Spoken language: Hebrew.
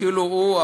והיה ראוי